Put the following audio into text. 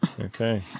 Okay